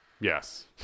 Yes